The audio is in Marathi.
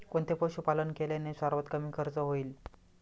कोणते पशुपालन केल्याने सर्वात कमी खर्च होईल?